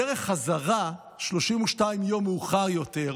בדרך חזרה, 32 יום מאוחר יותר,